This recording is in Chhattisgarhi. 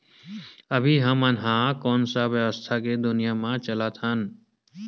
अभी हम ह कोन सा व्यवसाय के दुनिया म चलत हन?